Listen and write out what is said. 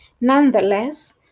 Nonetheless